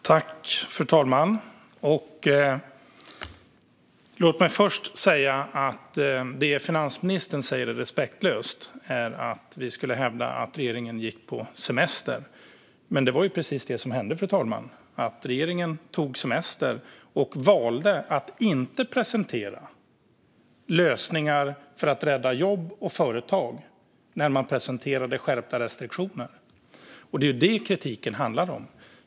Fru talman! Låt mig först säga att det som finansministern menar är respektlöst är att vi hävdar att regeringen gick på semester. Men det var ju precis detta som hände! Regeringen tog semester och valde att inte presentera lösningar för att rädda jobb och företag när man presenterade skärpta restriktioner. Det är detta som kritiken handlar om.